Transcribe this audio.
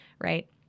right